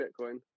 bitcoin